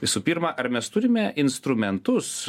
visų pirma ar mes turime instrumentus